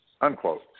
Unquote